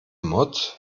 mod